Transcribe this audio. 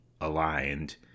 aligned